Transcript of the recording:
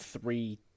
three